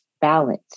balance